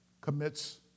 commits